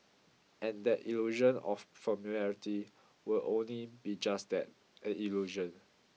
and that illusion of familiarity will only be just that an illusion